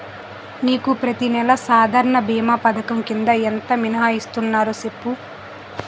నీకు ప్రతి నెల సాధారణ భీమా పధకం కింద ఎంత మినహాయిస్తన్నారో సెప్పు